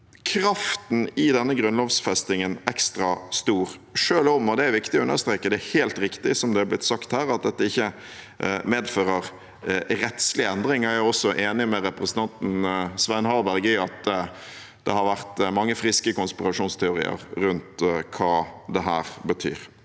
kraften i denne grunnlovfestingen ekstra stor, selv om – og det er viktig å understreke – det er helt riktig som det er blitt sagt her, at dette ikke medfører rettslige endringer. Jeg er også enig med representanten Svein Harberg i at det har vært mange friske konspirasjonsteorier rundt hva dette betyr.